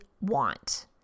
want